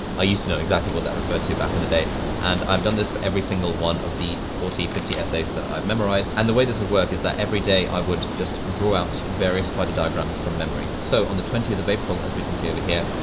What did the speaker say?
i used to know exactly what that referred to back in the day and i've done this for every single one of the forty fifty essays that i've memorized and the way this would work is that every day, i would just draw out the various spider but diagrams from memory. so, on the twentieth of april, as we can see over here,